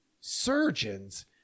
surgeons